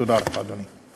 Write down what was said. תודה לך, אדוני.